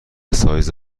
سایز